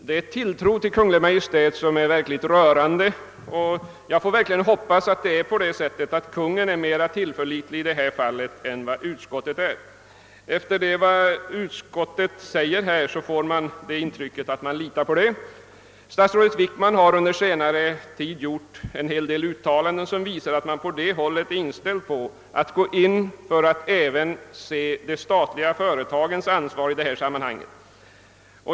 Denna tilltro till Kungl. Maj:t är rörande, och jag hoppas att det verkligen ligger till så att Kungl. Maj:t är mera att lita på i detta fall än utskottet. Av vad utskottet säger får man det intrycket att utskottet litar på Kungl. Maj:t. Statsrådet Wickman har under senare tid gjort en hel del uttalanden som visar att man är benägen att inse även de statliga företagens ansvar i detta sammanhang.